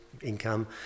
income